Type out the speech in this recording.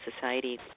society